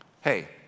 Hey